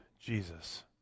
Jesus